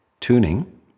tuning